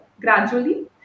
gradually